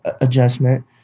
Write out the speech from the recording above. adjustment